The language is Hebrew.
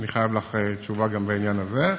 אני חייב לך תשובה גם בעניין הזה.